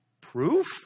proof